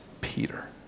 Peter